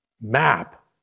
map